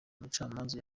umucamanza